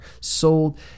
sold